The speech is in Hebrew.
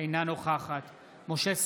אינה נוכחת משה סעדה,